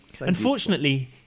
Unfortunately